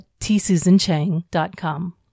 tsusanchang.com